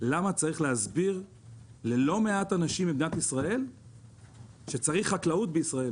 למה צריך להסביר ללא מעט אנשים במדינת ישראל שצריך חקלאות בישראל.